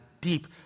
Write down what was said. deep